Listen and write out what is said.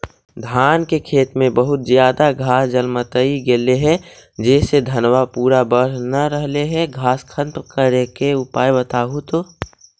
धान के खेत में बहुत ज्यादा घास जलमतइ गेले हे जेसे धनबा पुरा बढ़ न रहले हे घास खत्म करें के उपाय बताहु तो?